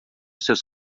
seus